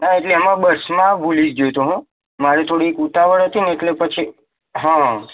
ના એટલે એમાં બસમાં ભૂલી ગયો તો હું મારે થોડીક ઉતાવળ હતી ને એટલે પછી હં